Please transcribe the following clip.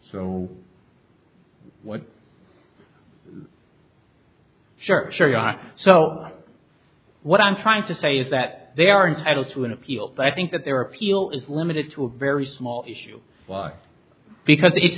so what sure sure yeah so what i'm trying to say is that they are entitled to an appeal but i think that their appeal is limited to a very small issue why because it's